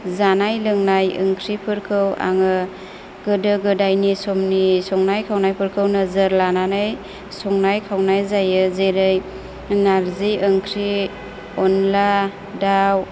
जानाय लोंनाय ओंख्रिफोरखौ आङो गोदो गोदायनि समनि संनाय खावनायफोरखौ नोजोर लानानै संनाय खावनाय जायो जेरै नार्जि ओंख्रि अनला दाव